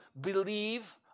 believe